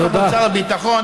עוד מעט שר הביטחון,